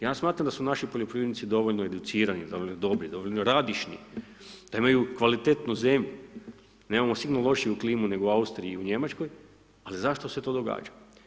Ja smatram da su naši poljoprivrednici dovoljno educirani, dobri, dovoljno radišni, da imaju kvalitetnu zemlju, nemamo sigurno lošiju klimu nego u Austriji i u Njemačkoj, a zašto se to događa?